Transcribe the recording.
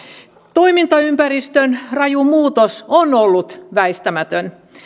toimintaympäristön raju muutos on ollut väistämätön